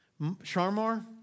Sharmar